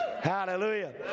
Hallelujah